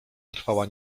trwała